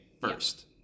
first